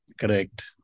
Correct